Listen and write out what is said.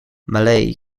malay